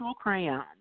crayons